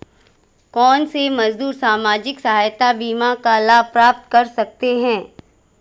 कौनसे मजदूर सामाजिक सहायता बीमा का लाभ प्राप्त कर सकते हैं?